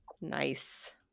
Nice